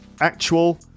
actual